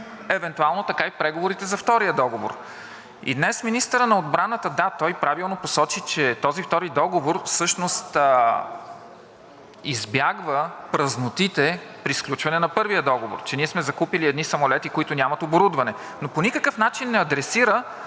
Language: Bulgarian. евентуално така и в преговорите за втория договор. И днес министърът на отбраната, да, той правилно посочи, че този втори договор всъщност избягва празнотите при сключване на първия договор – че ние сме закупили едни самолети, които нямат оборудване. Но по никакъв начин не адресира